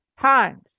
times